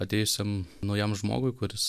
atėjusiam naujam žmogui kuris